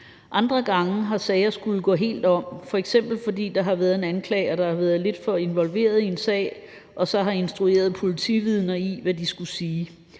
Andre gange har sager skullet gå helt om, f.eks. fordi der har været en anklager, der har været lidt for involveret i en sag og så har instrueret politividner i, hvad de skulle sige.